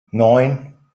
neun